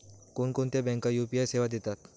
कोणकोणत्या बँका यू.पी.आय सेवा देतात?